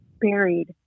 buried